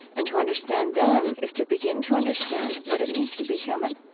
and to understand them is to begin to understand what it means to be human.